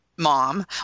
mom